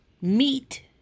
Meat